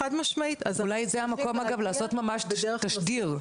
אולי זה המקום, אגב, לעשות בדרך של תשדיר.